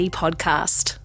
podcast